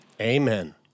Amen